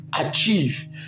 achieve